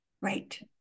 Right